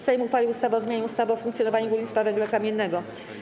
Sejm uchwalił ustawę o zmianie ustawy o funkcjonowaniu górnictwa węgla kamiennego.